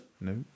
No